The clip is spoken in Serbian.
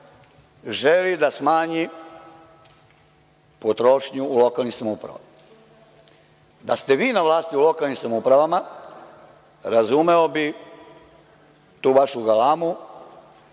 želi da smanji potrošnju u lokalnim samoupravama. Da ste vi na vlasti u lokalnim samoupravama, razumeo bih tu vašu galamu,